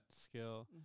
skill